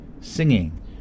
singing